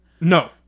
No